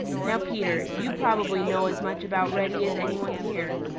now, peter, you probably know as much about reddy as any one here.